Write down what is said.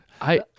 I-